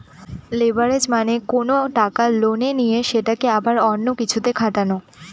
leverage মানে কোনো টাকা লোনে নিয়ে সেটাকে আবার অন্য কিছুতে খাটানো